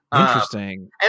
Interesting